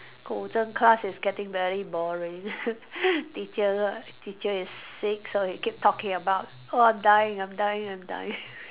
Guzheng class is getting very boring teacher teacher is sick so he keep talking about oh I'm dying I'm dying I'm dying